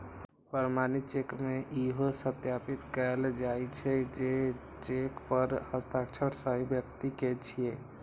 प्रमाणित चेक मे इहो सत्यापित कैल जाइ छै, जे चेक पर हस्ताक्षर सही व्यक्ति के छियै